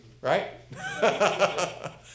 Right